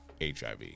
hiv